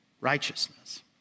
righteousness